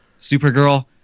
Supergirl